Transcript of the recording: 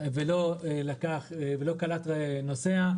ולא קלט נוסע,